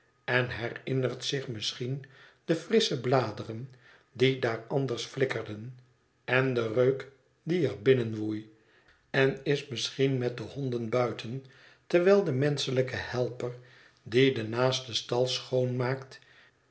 en herinnert zich misschien de frissche bladeren die daar anders flikkerden en den reuk die er binnen woei en is misschien met de honden buif kastanje hof ten terwijl de menschelijke helper die den naasten stal schoonmaakt